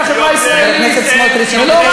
בגלל אנשים כמוך.